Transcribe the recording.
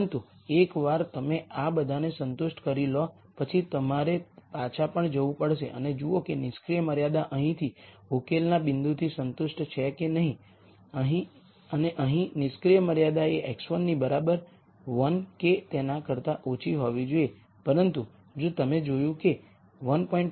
પરંતુ એકવાર તમે આ બધાને સંતુષ્ટ કરી લો પછી તમારે પાછા પણ જવું પડશે અને જુઓ કે નિષ્ક્રિય મર્યાદા અહીંથી આ ઉકેલના બિંદુથી સંતુષ્ટ છે કે નહીં અને અહીં નિષ્ક્રિય મર્યાદા એ x1 ની બરાબર 1 કે તેના કરતા ઓછી હોવી જોઈએ પરંતુ જો તમે જોયું કે 1